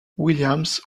williams